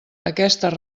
aquestes